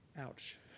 Ouch